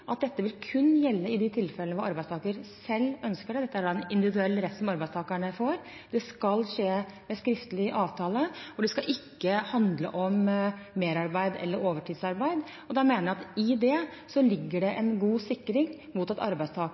at dette kun vil gjelde i de tilfellene hvor arbeidstakeren selv ønsker det, dette er en individuell rett som arbeidstakerne får, det skal skje ved skriftlig avtale, og det skal ikke handle om merarbeid eller overtidsarbeid. Da mener jeg at i det ligger det en god sikring mot at